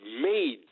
made